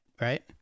right